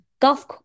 golf